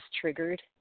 triggered